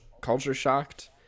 culture-shocked